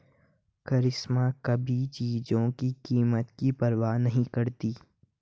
करिश्मा कभी चीजों की कीमत की परवाह नहीं करती